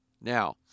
Now